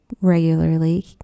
regularly